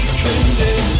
trending